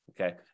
Okay